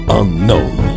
unknown